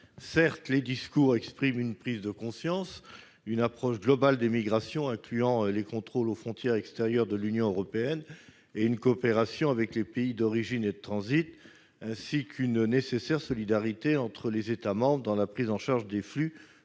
Certes, les discours expriment une prise de conscience. Une approche globale des migrations, incluant les contrôles aux frontières extérieures de l'Union européenne et une coopération avec les pays d'origine et de transit, ainsi qu'une nécessaire solidarité entre les États membres dans la prise en charge des flux constituent